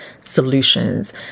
solutions